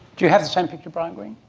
do you have the same picture, brian greene?